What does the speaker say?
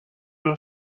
have